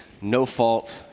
no-fault